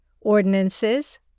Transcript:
ordinances